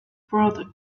product